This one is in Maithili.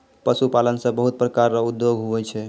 पशुपालन से बहुत प्रकार रो उद्योग हुवै छै